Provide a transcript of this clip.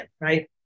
right